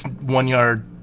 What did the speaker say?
one-yard